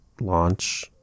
launch